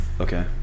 Okay